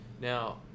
Now